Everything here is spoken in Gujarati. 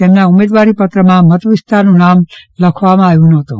તેમના ઉમેદવારીપત્રમાં મતવિસ્તારનું નામ લખવામાં આવ્યું નહોતું